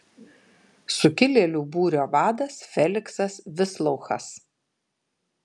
sukilėlių būrio vadas feliksas vislouchas